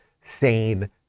sane